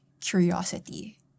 curiosity